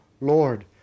Lord